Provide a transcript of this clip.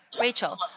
Rachel